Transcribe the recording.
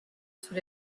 sous